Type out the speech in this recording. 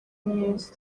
mwiza